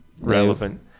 relevant